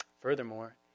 Furthermore